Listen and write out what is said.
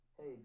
hey